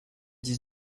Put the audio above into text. dix